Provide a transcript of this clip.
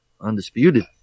undisputed